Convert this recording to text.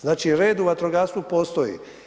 Znači red u vatrogastvu postoji.